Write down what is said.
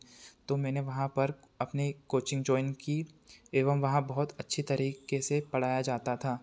तो मैंने वहाँ पर अपनी एक कोचिंग जॉइन की एवं वहाँ बहुत अच्छी तरीके से पढ़ाया जाता था